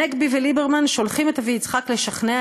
הנגבי וליברמן שולחים את אבי-יצחק לשכנע